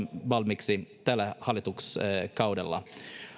valmiiksi tällä hallituskaudella